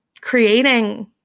creating